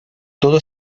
todo